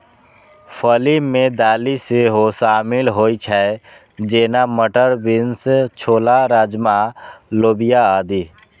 फली मे दालि सेहो शामिल होइ छै, जेना, मटर, बीन्स, छोला, राजमा, लोबिया आदि